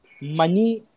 Money